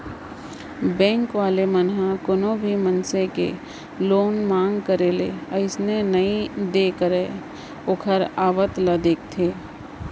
bank वाले मन ह कोनो भी मनसे के लोन मांग करे ले अइसने ही नइ दे ओखर आवक ल देखथे